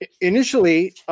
initially